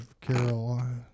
Carolina